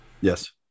Yes